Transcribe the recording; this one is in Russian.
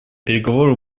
переговоры